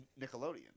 Nickelodeon